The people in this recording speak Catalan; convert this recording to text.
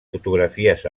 fotografies